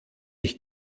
ich